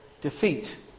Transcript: defeat